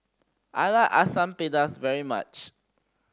I like Asam Pedas very much